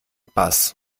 bass